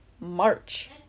March